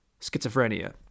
schizophrenia